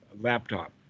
laptop